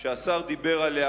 שהשר דיבר עליה,